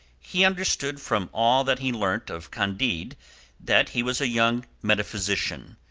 he understood from all that he learnt of candide that he was a young metaphysician,